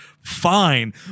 fine